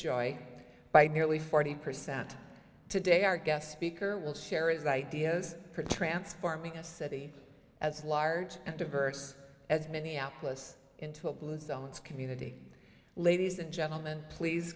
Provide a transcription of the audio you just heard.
joy by nearly forty percent today our guest speaker will share as ideas for transforming a city as large and diverse as minneapolis into a blue zones community ladies and gentlemen please